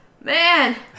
man